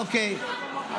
אוקיי.